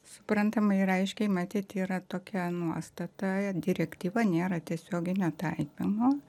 suprantamai ir aiškiai matyt yra tokia nuostata direktyva nėra tiesioginio taikomo